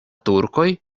turkoj